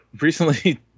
recently